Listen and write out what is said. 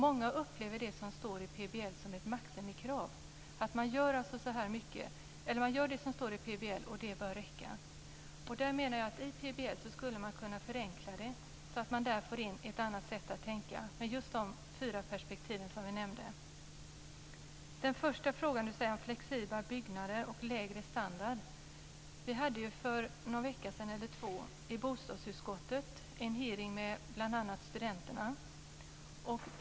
Många upplever det som står i PBL som ett maximikrav, att man gör det som står i PBL, och det bör räcka. Jag menar att man i PBL skulle kunna förenkla och få in ett annat sätt att tänka med just de fyra perspektiv som jag nämnde. Den första frågan gällde flexibla byggnader och lägre standard. Vi hade för ett par veckor sedan i bostadsutskottet en hearing med bl.a. studenterna.